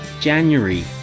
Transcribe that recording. january